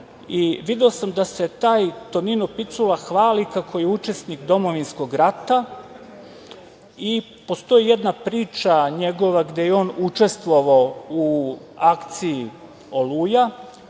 Video sam da se taj Tonino Picula hvali kako je učesnik domovinskog rata. Postoji jedna priča njegova gde je on učestvovao u akciji „Oluja“,